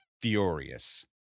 furious